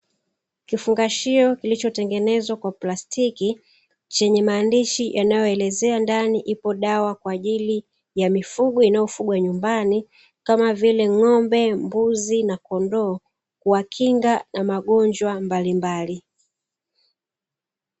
Kifungashio kilichotengenezwa kwa plastiki chenye maandishi yanayoelezea ndani ipo dawa kwa ajili ya mifugo ya nyumbni kamavile; ng'ombe, mbuzi na kondoo kuwakinga na magonjwa mbalimbali.